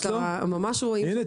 ממש רואים -- הנה,